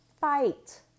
fight